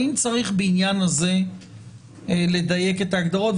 האם צריך בעניין הזה לדייק את ההגדרות.